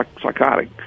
psychotic